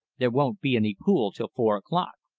there won't be any pool till four o'clock.